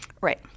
Right